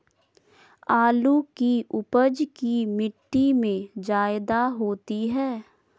आलु की उपज की मिट्टी में जायदा होती है?